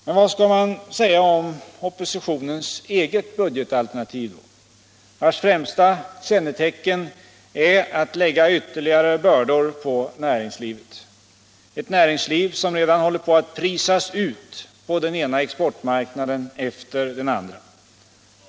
Men vad skall man säga om oppositionens eget budgetalternativ, vars främsta kännetecken är att den lägger ytterligare bördor på näringslivet? Vi har ett näringsliv som redan håller på att pressas ut från den ena exportmarknaden efter den andra.